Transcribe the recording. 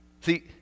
See